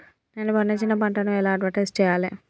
నేను పండించిన పంటను ఎలా అడ్వటైస్ చెయ్యాలే?